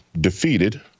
defeated